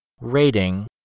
rating